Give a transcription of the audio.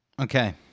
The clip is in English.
Okay